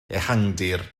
ehangdir